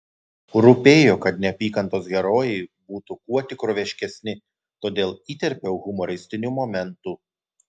rūpėjo kad neapykantos herojai būtų kuo tikroviškesni todėl įterpiau humoristinių momentų